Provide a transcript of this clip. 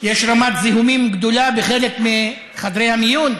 רמת הזיהומים גבוהה בחלק מחדרי המיון,